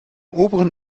oberen